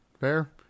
Fair